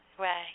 Right